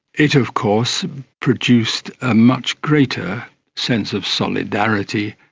it of course produced a much greater sense of solidarity,